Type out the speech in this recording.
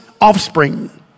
offspring